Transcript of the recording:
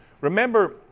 Remember